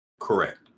Correct